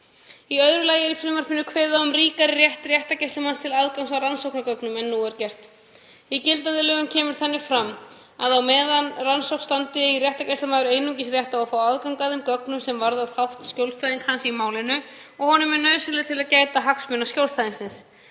Í öðru lagi er í frumvarpinu kveðið á um ríkari rétt réttargæslumanns til aðgangs að rannsóknargögnum en nú er gert. Í gildandi lögum kemur þannig fram að á meðan rannsókn standi eigi réttargæslumaður einungis rétt á að fá aðgang að þeim gögnum sem varða þátt skjólstæðings hans í málinu og honum eru nauðsynleg til að gæta hagsmuna skjólstæðingsins.